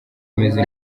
ameze